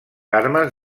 armes